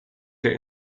der